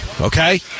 okay